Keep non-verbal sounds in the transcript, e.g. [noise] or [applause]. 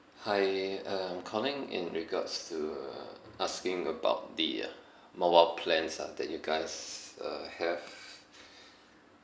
hi I'm calling in regards to asking about the uh mobile plans ah that you guys uh have [breath]